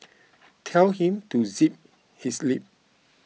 tell him to zip his lip